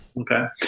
Okay